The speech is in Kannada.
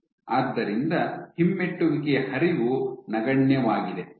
ಆದ್ದರಿಂದ ಹಿಮ್ಮೆಟ್ಟುವಿಕೆಯ ಹರಿವು ನಗಣ್ಯವಾಗಿದೆ